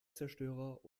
zerstörer